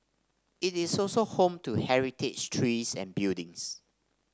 it is also home to heritage trees and buildings